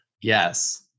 Yes